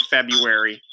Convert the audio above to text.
February